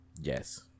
Yes